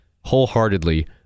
wholeheartedly